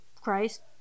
christ